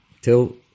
till